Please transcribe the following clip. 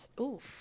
Oof